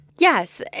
Yes